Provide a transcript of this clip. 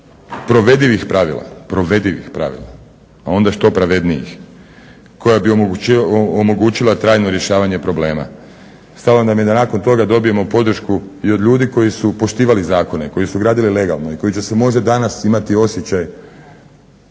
provedivih pravila a onda što pravednijih koja bi omogućila trajno rješavanje problema. Stalo nam je da nakon toga dobijemo podršku i od ljudi koji su poštivali zakone, koji su gradili legalno i koji će se možda danas imati osjećaj